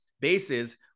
bases